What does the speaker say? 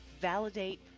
Validate